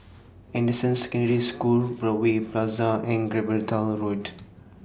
Anderson Secondary School Broadway Plaza and Gibraltar Road